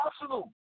Arsenal